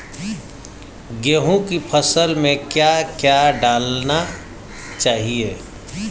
गेहूँ की फसल में क्या क्या डालना चाहिए?